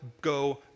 go